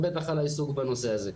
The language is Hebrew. ובטח על העיסוק בנושא הזה.